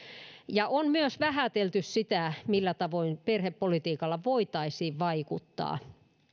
on myös vähätelty sitä millä tavoin perhepolitiikalla voitaisiin vaikuttaa